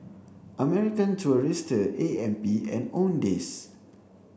American Tourister A M P and Owndays